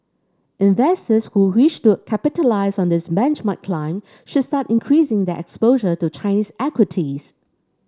investors who wish to capitalise on this benchmark climb should start increasing their exposure to Chinese equities